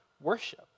worship